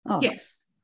Yes